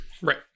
Right